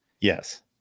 Yes